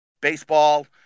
baseball